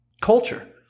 culture